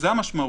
זו המשמעות.